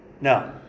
No